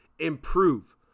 improve